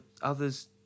others